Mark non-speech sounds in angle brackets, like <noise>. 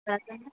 <unintelligible>